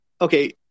okay